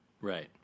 Right